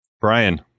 Brian